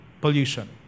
pollution